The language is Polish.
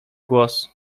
głos